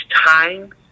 time